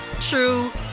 true